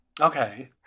Okay